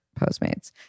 Postmates